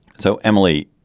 so, emily,